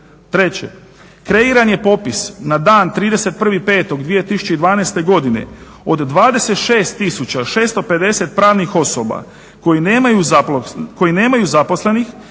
Treće, kreiran je popis, na dan 31.05.2012. godine, od 26 650 pravnih osoba koji nemaju zaposlenih